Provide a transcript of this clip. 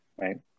right